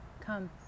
come